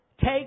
take